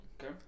Okay